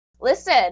listen